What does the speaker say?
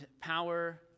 power